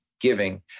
giving